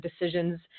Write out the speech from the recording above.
decisions